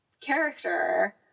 character